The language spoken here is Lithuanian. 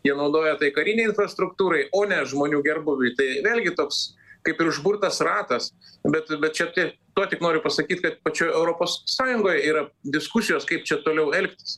jie naudoja tai karinei infrastruktūrai o ne žmonių gerbūviui tai vėlgi toks kaip ir užburtas ratas bet bet čia ti tuo tik noriu pasakyt kad pačioj europos sąjungoj yra diskusijos kaip čia toliau elgtis